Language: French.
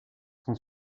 son